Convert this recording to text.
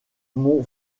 mon